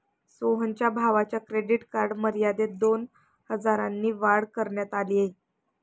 सोहनच्या भावाच्या credit card मर्यादेत दोन हजारांनी वाढ करण्यात आली